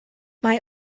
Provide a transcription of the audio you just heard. mae